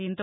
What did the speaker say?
దీంతో